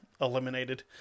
eliminated